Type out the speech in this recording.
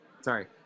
Sorry